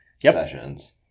Sessions